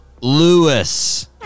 Lewis